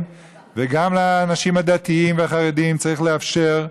וגם לאנשים הדתיים והחרדים צריך לאפשר,